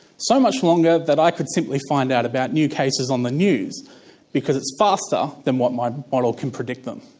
so much longer that i could simply find out about new cases on the news because it's faster than what my model can predict them.